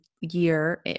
year